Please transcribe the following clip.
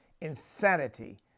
insanity